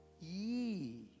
ye